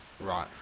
Right